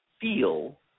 feel